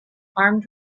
armed